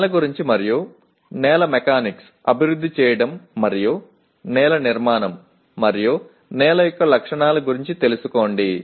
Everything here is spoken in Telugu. నేల గురించి మరియు నేల మెకానిక్స్ అభివృద్ధి చేయడం మరియు నేల నిర్మాణం మరియు నేల యొక్క లక్షణాలు గురించి తెలుసుకోండి